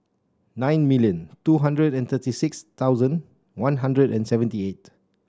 nine million two hundred and thirty six thousand One Hundred and seventy eight